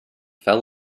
fell